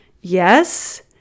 yes